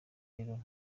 rero